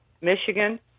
Michigan